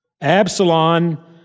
Absalom